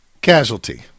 Casualty